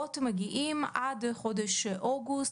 שהדוחות מגיעים עד חודש אוגוסט,